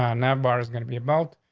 ah, number is going to be about.